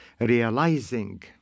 realizing